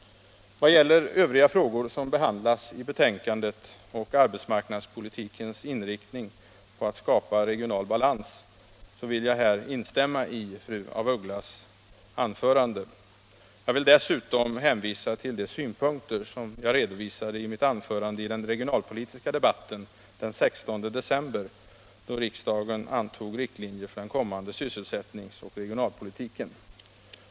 Vad gäller övriga frågor, som behandlas i betänkandet, och arbetsmarknadspolitikens inriktning på att skapa regional balans vill jag instämma i fru af Ugglas anförande. Jag vill dessutom hänvisa till de synpunkter som jag redovisade i mitt anförande i den regionalpolitiska debatten den 16 december, då riksdagen antog riktlinjer för den kommande sysselsättnings och regionalpolitiken.